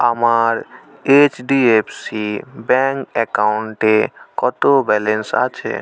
আমার HDFC bank অ্যাকাউন্টে কত ব্যালেন্স আছে